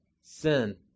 sin